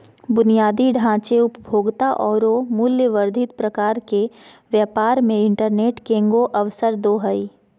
बुनियादी ढांचे, उपभोक्ता औरो मूल्य वर्धित प्रकार के व्यापार मे इंटरनेट केगों अवसरदो हइ